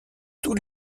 tous